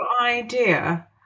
idea